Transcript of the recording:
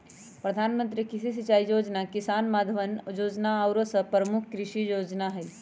प्रधानमंत्री कृषि सिंचाई जोजना, किसान मानधन जोजना आउरो सभ प्रमुख कृषि जोजना हइ